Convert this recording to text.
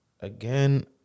Again